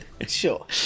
sure